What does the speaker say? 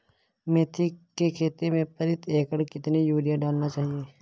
मेथी के खेती में प्रति एकड़ कितनी यूरिया डालना चाहिए?